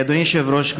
אדוני היושב-ראש,